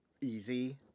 easy